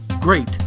great